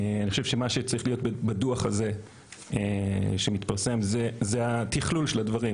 אני חושב שמה שצריך להיות בדו"ח הזה שמתפרסם זה התכלול של הדברים.